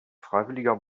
freiwilliger